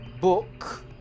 book